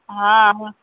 हाँ हाँ